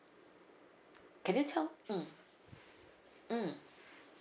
can you tell mm mm